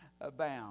abound